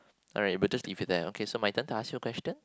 alright but just leave it there okay so my turn to ask your question